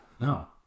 no